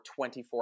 24